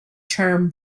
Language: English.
term